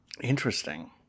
Interesting